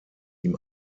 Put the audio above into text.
ihm